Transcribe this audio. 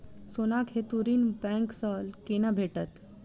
सोनाक हेतु ऋण बैंक सँ केना भेटत?